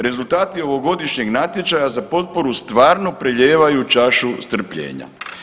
Rezultati ovogodišnjeg natječaja za potporu stvarno prelijevaju čašu strpljenja.